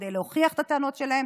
כדי להוכיח את הטענות שלהם.